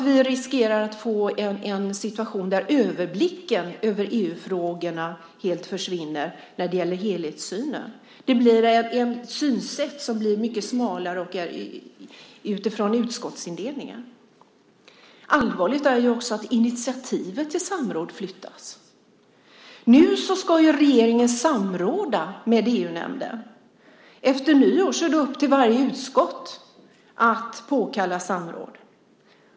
Vi riskerar också att få en situation där överblicken över EU-frågorna helt försvinner när det gäller helhetssynen. Det blir ett synsätt som är mycket smalare och utgår från utskottsindelningen. Allvarligt är också att initiativet till samråd flyttas. Nu ska regeringen samråda med EU-nämnden. Efter nyår är det upp till varje utskott att påkalla samråd.